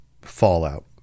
fallout